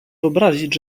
wyobrazić